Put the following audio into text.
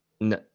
No